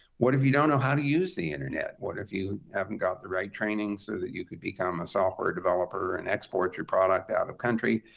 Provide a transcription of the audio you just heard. what if you don't know how to use the internet? what if you haven't got the right training so that you could become a software developer and export your product out of country?